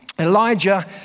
Elijah